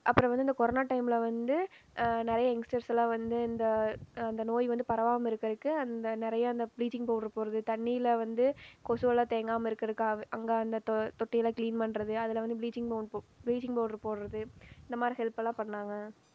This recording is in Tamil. அப்புறம் வந்து இந்த கொரோனா டைமில் வந்து நிறைய எங்ஸ்டர்ஸ்லாம் வந்து இந்த அந்த நோய் வந்து பரவாமல் இருக்கிறதுக்கு அந்த நிறைய அந்த ப்ளீச்சிங் பவுடர் போடுவது தண்ணியில் வந்து கொசுவெல்லாம் தேங்காமல் இருக்கிறதுக்காக அங்கே அந்த தொட்டி எல்லாம் க்ளீன் பண்ணுறது அதில் வந்து ப்ளீச்சிங் ப்ளீச்சிங் பவுடர் போடுவது இந்த மாதிரி ஹெல்ப்பெல்லாம் பண்ணிணாங்க